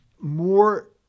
more